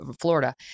Florida